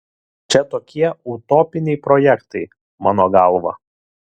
čia tokie utopiniai projektai mano galva